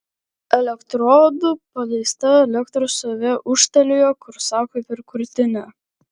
elektrodų paleista elektros srovė ūžtelėjo korsakui per krūtinę